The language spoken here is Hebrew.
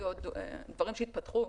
ובהמשך יהיו דברים שיתפתחו.